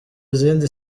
izindi